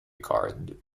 card